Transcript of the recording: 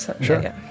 sure